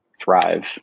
thrive